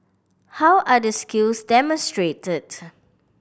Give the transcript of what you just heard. how are the skills demonstrated